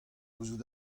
gouzout